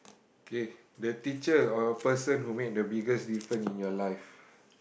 okay the teacher or person who make the biggest difference in your life